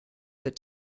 that